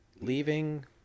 leaving